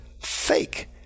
fake